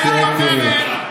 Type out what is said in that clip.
שהציל את הילדים,